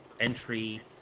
entry